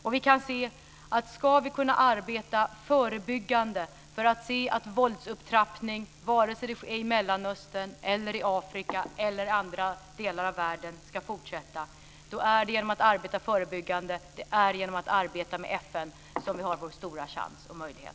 Vi kan också se att ska vi kunna fortsätta det förebyggande arbetet mot våldsupptrappning - vare sig det är i Mellanöstern, i Afrika eller i andra delar av världen - är det genom att arbeta med FN som vi har vår stora chans och möjlighet.